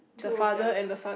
the father and the son